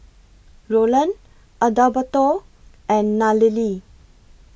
Rolland Adalberto and Nallely